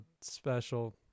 special